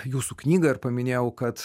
jūsų knygą ir paminėjau kad